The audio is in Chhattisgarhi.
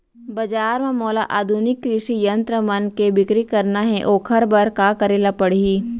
बजार म मोला आधुनिक कृषि यंत्र मन के बिक्री करना हे ओखर बर का करे ल पड़ही?